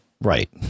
Right